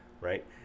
right